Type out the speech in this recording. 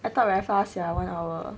I thought very fast sia one hour